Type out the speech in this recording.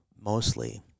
mostly